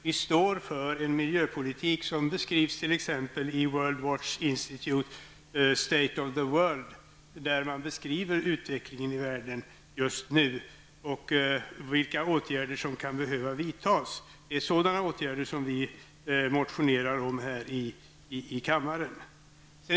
Vi står för en miljöpolitik, som beskrivs t.ex. i Woolworth Institutes skrift State of the World, där man beskriver utvecklingen i världen just nu och vilka åtgärder som kan behöva vidtas. Sådana åtgärder har vi motionerat om här i kammaren.